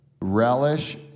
relish